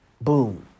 Boom